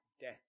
death